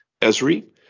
Esri